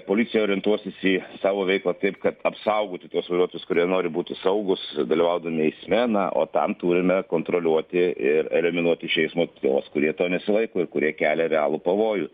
policija orientuosis į savo veiklą taip kad apsaugotų tuos vairuotojus kurie nori būti saugūs dalyvaudami eisme na o tam turime kontroliuoti ir eliminuoti iš eismo tuos kurie to nesilaiko ir kurie kelia realų pavojų